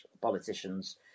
politicians